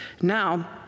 Now